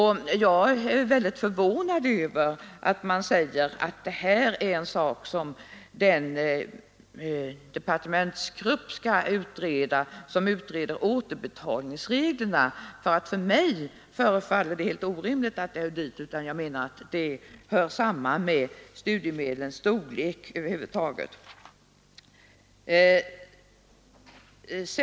Jag är väldigt förvånad över att man säger att det här är en sak som skall utredas av den departementsgrupp som utreder återbetalningsreglerna. För mig förefaller det helt orimligt att detta hör dit; jag menar att det hör samman med studiemedlens storlek över huvud taget.